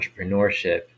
entrepreneurship